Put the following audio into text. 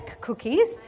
cookies